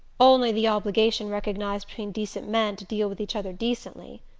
only the obligation recognized between decent men to deal with each other decently.